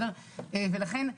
ולכן,